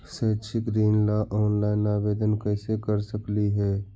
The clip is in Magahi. शैक्षिक ऋण ला ऑनलाइन आवेदन कैसे कर सकली हे?